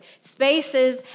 Spaces